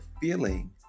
feeling